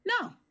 No